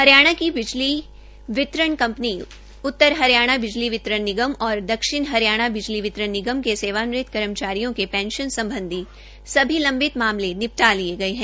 हरियाणा की बिजली वितरण कंपनी उत्तर हरियाणा बिजली वितरण निगम और दक्षिण हरियाणा बिजली वितरण निगम के सेवानिवृत कर्मचारियों के पेंशन संबंधि सभी लंबित मामले निपटा लिए गए हैं